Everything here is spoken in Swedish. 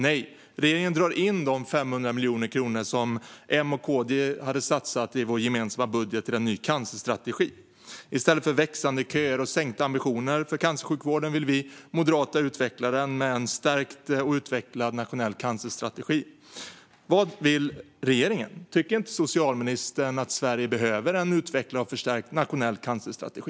Nej, regeringen drar in de 500 miljoner kronor som M och KD i sin gemensamma budget hade satsat på en ny cancerstrategi. I stället för växande köer och sänkta ambitioner för cancersjukvården vill vi moderater utveckla den med en stärkt och utvecklad nationell cancerstrategi. Vad vill regeringen? Tycker inte socialministern att Sverige behöver en utvecklad och förstärkt nationell cancerstrategi?